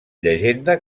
llegenda